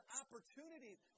opportunities